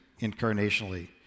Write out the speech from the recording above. incarnationally